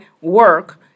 work